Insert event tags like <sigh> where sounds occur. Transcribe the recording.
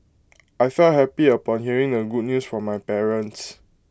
<noise> I felt happy upon hearing the good news from my parents